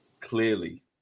clearly